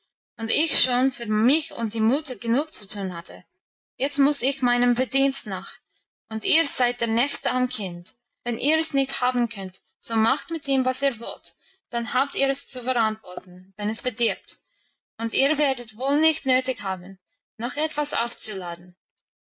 und ich schon für mich und die mutter genug zu tun hatte jetzt muss ich meinem verdienst nach und ihr seid der nächste am kind wenn ihr's nicht haben könnt so macht mit ihm was ihr wollt dann habt ihr's zu verantworten wenn's verdirbt und ihr werdet wohl nicht nötig haben noch etwas aufzuladen